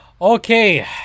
Okay